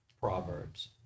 Proverbs